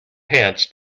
pants